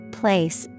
place